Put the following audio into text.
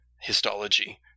histology